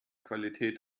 qualität